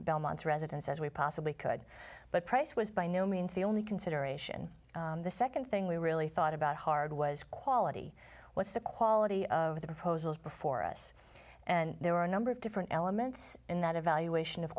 belmont residents as we possibly could but price was by no means the only consideration the second thing we really thought about hard was quality what's the quality of the proposals before us and there were a number of different elements in that evaluation of